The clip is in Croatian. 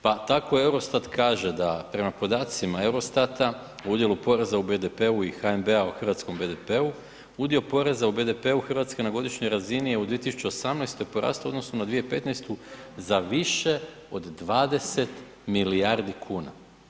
Pa tako EUROSTAT kaže da prema podacima EUROSTAT- a u udjelu poreza u BDP-u i HNB-a u hrvatskom BDP-u udio poreza u BDP-u na godišnjoj razini je u 2018. porastao u odnosu na 2015. za više od 20 milijardi kuna.